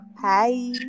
Hi